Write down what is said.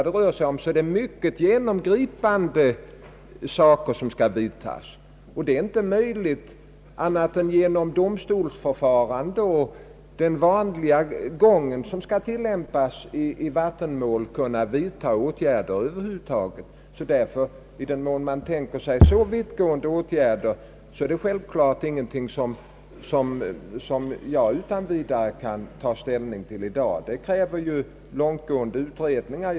Det är inte möjligt att på annat sätt än genom domstolsförfarande och den vanliga gång som tillämpas i vattenmål vidtaga åtgärder över huvud taget. Vittgående åtgärder är därför självfallet inte något som jag utan vidare kan ta ställning till i dag. De kräver långtgående utredningar.